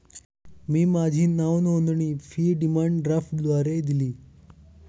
मी माझी नावनोंदणी fee demand ड्राफ्टद्वारे दिली